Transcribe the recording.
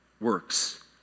works